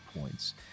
points